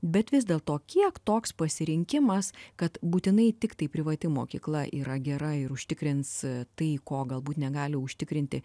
bet vis dėlto kiek toks pasirinkimas kad būtinai tiktai privati mokykla yra gera ir užtikrins tai ko galbūt negali užtikrinti